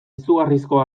izugarrizko